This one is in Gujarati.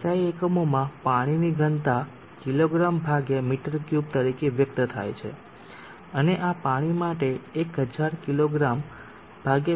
SI એકમોમાં પાણીની ઘનતા કિગ્રા મી૩ તરીકે વ્યક્ત થાય છે અને આ પાણી માટે 1000 કિગ્રા